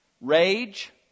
rage